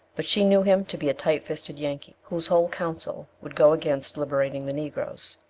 but she knew him to be a tight-fisted yankee, whose whole counsel would go against liberating the negroes.